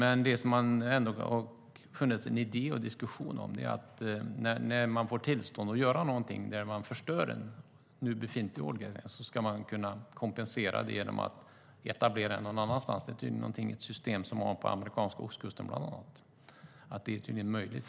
Idén är att man när man får tillstånd att göra någonting som förstör en befintlig ålgräsäng ska kompensera det genom att etablera en ålgräsäng någon annanstans. Det är tydligen ett system som man har på den amerikanska ostkusten bland annat. Det är alltså möjligt.